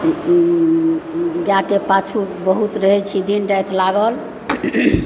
गायके पाछू बहुत रहय छी दिन राति लागल